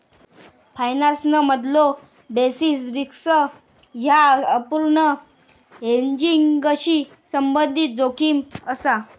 फायनान्समधलो basis risk ह्या अपूर्ण हेजिंगशी संबंधित जोखीम असा